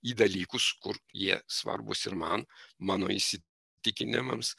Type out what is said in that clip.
į dalykus kur jie svarbūs ir man mano įsitikinimams